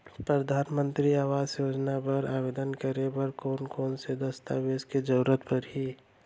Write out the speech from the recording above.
परधानमंतरी आवास योजना बर आवेदन करे बर कोन कोन से दस्तावेज के जरूरत परही?